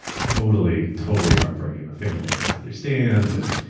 totally. totally heartbreaking. the family doesn't understand. and